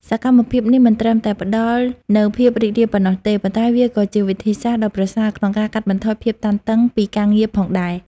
សកម្មភាពនេះមិនត្រឹមតែផ្ដល់នូវភាពរីករាយប៉ុណ្ណោះទេ ប៉ុន្តែវាក៏ជាវិធីសាស្ត្រដ៏ប្រសើរក្នុងការកាត់បន្ថយភាពតានតឹងពីការងារផងដែរ។